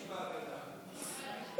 והאגדה.